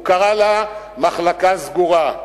הוא קרא לה: מחלקה סגורה.